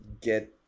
get